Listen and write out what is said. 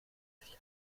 sich